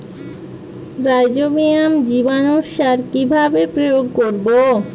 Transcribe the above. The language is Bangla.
রাইজোবিয়াম জীবানুসার কিভাবে প্রয়োগ করব?